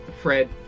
Fred